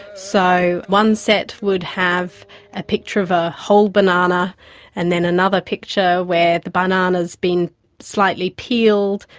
so one set would have a picture of a whole banana and then another picture where the banana has been slightly peeled,